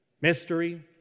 mystery